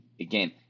Again